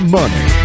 money